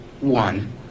One